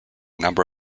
number